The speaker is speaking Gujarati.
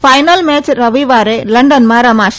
ફાઈનલ મેચ રવિવારે લંડનમાં રમાશે